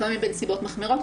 לפעמים בנסיבות מחמירות,